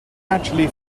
actually